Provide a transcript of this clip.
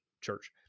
church